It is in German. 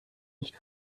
nicht